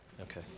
Okay